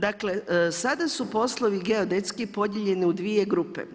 Dakle, sada su poslovi geodetski podijeljeni u dvije grupe.